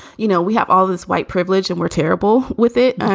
you know, we have all this white privilege and we're terrible with it.